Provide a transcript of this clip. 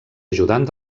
ajudant